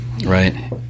Right